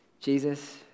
Jesus